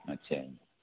अच्छा